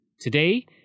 Today